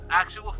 actual